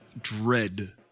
dread